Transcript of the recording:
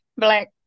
black